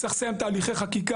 צריך לסיים את הליכי החקיקה,